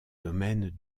domaine